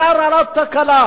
אם קרתה תקלה,